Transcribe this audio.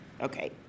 Okay